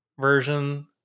version